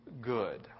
good